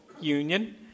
union